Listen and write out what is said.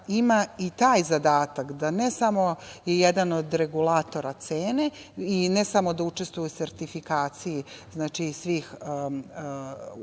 ima i taj zadatak, da ne samo je jedan od regulatora cene i ne samo da učestvuje u sertifikaciji svih učesnika